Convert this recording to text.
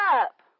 up